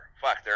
Fuck